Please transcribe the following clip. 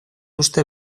uste